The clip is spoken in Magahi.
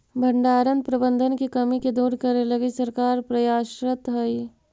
भण्डारण प्रबंधन के कमी के दूर करे लगी सरकार प्रयासतर हइ